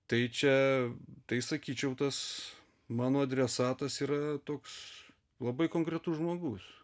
tai čia tai sakyčiau tas mano adresatas yra toks labai konkretus žmogus